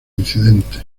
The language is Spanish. incidente